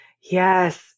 Yes